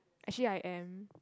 actually I am